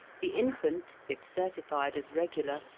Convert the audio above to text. the infant, if certified as regular,